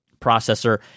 processor